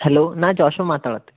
hello ನಾ ಜಾಶ್ವ ಮಾತಾಡತ್ತಿ